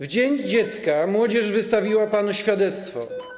W dzień dziecka młodzież wystawiła panu świadectwo.